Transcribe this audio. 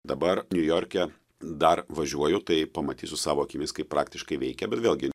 dabar niujorke dar važiuoju tai pamatysiu savo akimis kaip praktiškai veikia bet vėlgi